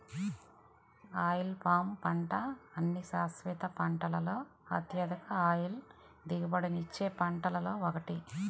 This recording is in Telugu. ఆయిల్ పామ్ పంట అన్ని శాశ్వత పంటలలో అత్యధిక ఆయిల్ దిగుబడినిచ్చే పంటలలో ఒకటి